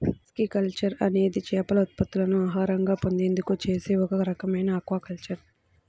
pisciculture అనేది చేపల ఉత్పత్తులను ఆహారంగా పొందేందుకు చేసే ఒక రకమైన ఆక్వాకల్చర్